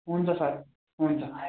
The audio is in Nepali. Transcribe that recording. हुन्छ सर हुन्छ